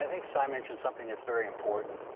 think si mentioned something that's very important.